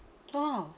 oh